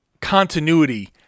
continuity